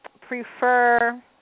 prefer